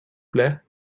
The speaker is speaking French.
plait